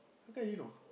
how come I didn't know